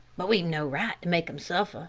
but we've no right to make them suffer.